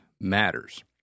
matters